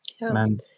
man